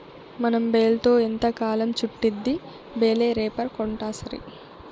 మనం బేల్తో ఎంతకాలం చుట్టిద్ది బేలే రేపర్ కొంటాసరి